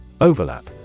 Overlap